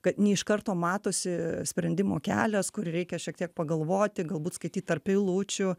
kad ne iš karto matosi sprendimo kelias kur ir reikia šiek tiek pagalvoti galbūt skaityt tarp eilučių